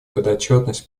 подотчетность